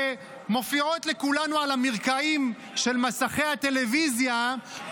שמופיעות לכולנו על המרקעים של מסכי הטלוויזיה,